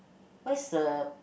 what is a